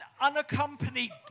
unaccompanied